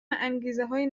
انگیزههای